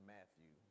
Matthew